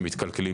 ואז מתקלקלים.